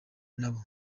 nabo